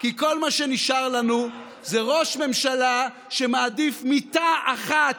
--- כי כל מה שנשאר לנו זה ראש ממשלה שמעדיף מיטה אחת,